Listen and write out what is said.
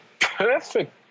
perfect